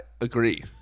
agree